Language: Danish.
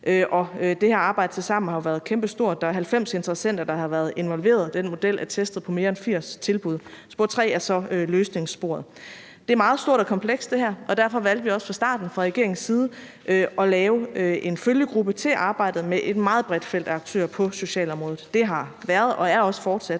Og det her arbejde har jo tilsammen været kæmpestort; der er 90 interessenter, der har været involveret, og den model er testet på mere end 80 tilbud. Spor 3 er så løsningssporet. Det her er meget stort og komplekst, og derfor valgte vi også fra starten fra regeringens side at lave en følgegruppe til arbejdet med et meget bredt felt af aktører på socialområdet. Det har været og er også fortsat